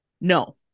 No